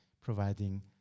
providing